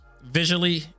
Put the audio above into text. visually